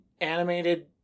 animated